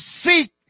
seek